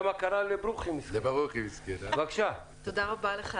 תודה רבה לך,